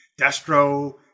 Destro